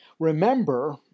Remember